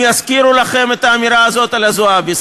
הם יזכירו לכם את האמירה הזאת על הזועבי'ז.